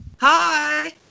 Hi